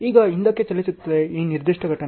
ಈಗ ಹಿಂದಕ್ಕೆ ಚಲಿಸುತ್ತಿದೆ ಈ ನಿರ್ದಿಷ್ಟ ಘಟನೆ